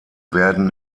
werden